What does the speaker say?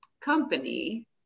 company